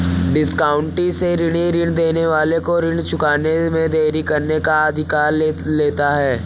discounting से ऋणी ऋण देने वाले को ऋण चुकाने में देरी करने का अधिकार ले लेता है